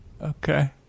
Okay